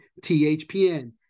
THPN